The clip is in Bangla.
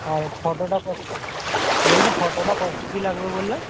আর ফটোটা বলছি ফটোটা ক কপি লাগবে বললেন